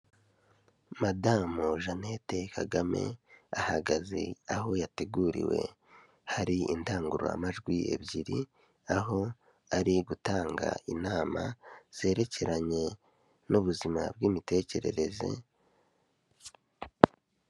Madamu Jeannette Kagame ahagaze aho yateguriwe hari indangururamajwi ebyiri, aho ari gutanga inama zerekeranye n'ubuzima bw'imitekerereze.